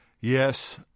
Yes